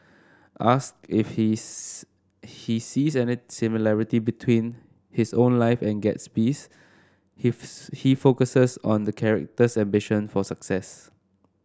asks if he he sees any similarity between his own life and Gatsby's he focuses on the character's ambition for success